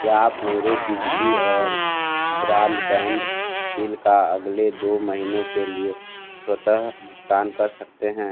क्या आप मेरे बिजली और ब्रॉडबैंड बिल का अगले दो महीनों के लिए स्वतः भुगतान कर सकते हैं